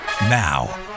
Now